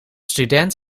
student